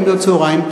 בצהריים,